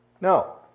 No